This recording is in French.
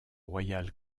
royal